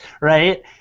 right